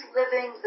living